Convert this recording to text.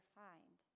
find